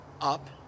up